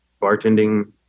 bartending